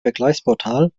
vergleichsportal